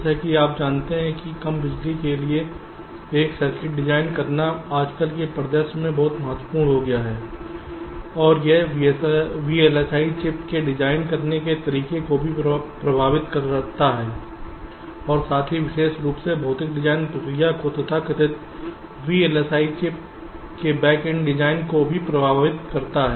जैसा कि आप जानते हैं कि कम बिजली के लिए एक सर्किट डिजाइन करना आजकल के परिदृश्य में बहुत महत्वपूर्ण हो गया है और यह VLSI चिप्स के डिजाइन करने के तरीके को भी प्रभावित करता है और साथ ही विशेष रूप से भौतिक डिजाइन प्रक्रिया को तथाकथित VLSI चिप्स के बैक एंड डिजाइन को भी प्रभावित करता है